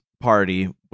party